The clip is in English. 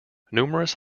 numerous